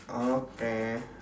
okay